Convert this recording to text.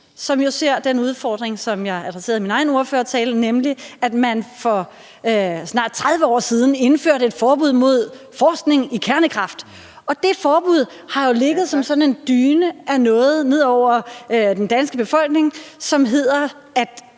som ser den udfordring, som jeg adresserede i min egen ordførertale, nemlig at man for snart 30 år siden indførte et forbud mod forskning i kernekraft. Det forbud har jo ligget som en dyne over den danske befolkning, for det